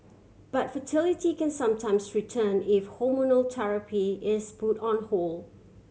but fertility can sometimes return if hormonal therapy is put on hold